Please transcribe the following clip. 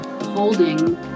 holding